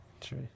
True